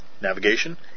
Navigation